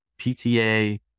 PTA